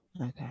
okay